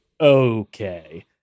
okay